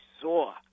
saw